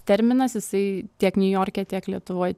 terminas jisai tiek niujorke tiek lietuvoj